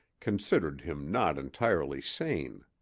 considered him not entirely sane.